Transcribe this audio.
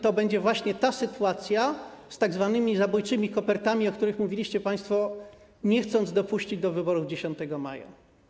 To będzie właśnie ta sytuacja z tzw. zabójczymi kopertami, o których mówiliście państwo, nie chcąc dopuścić do wyborów 10 maja.